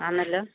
ആന്നല്ലോ